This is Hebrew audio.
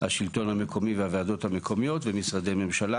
השלטון המקומי והוועדות המקומיות ומשרדי ממשלה